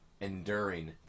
enduring